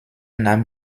nahm